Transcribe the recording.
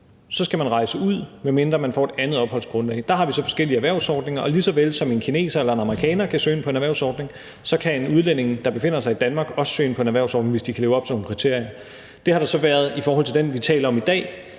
skal man rejse ud, medmindre man får et andet opholdsgrundlag. Der har vi så forskellige erhvervsordninger, og lige så vel som en kineser eller en amerikaner kan søge ind på en erhvervsordning, kan udlændinge, der befinder sig i Danmark, også søge ind på en erhvervsordning, hvis de kan leve op til nogle kriterier. Der har så i forhold til den erhvervsordning,